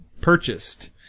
purchased